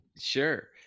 Sure